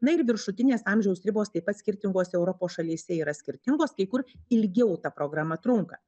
na ir viršutinės amžiaus ribos taip pat skirtingose europos šalyse yra skirtingos kai kur ilgiau ta programa trunka